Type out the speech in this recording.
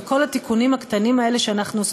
וכל התיקונים הקטנים האלה שאנחנו עושות